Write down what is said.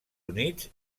units